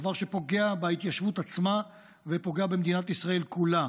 דבר שפוגע בהתיישבות ופוגע במדינת ישראל כולה